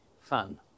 fun